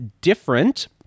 different